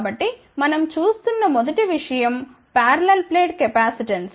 కాబట్టి మనం చూస్తున్న మొదటి విషయం పారలల్ ప్లేట్ కెపాసిటెన్స్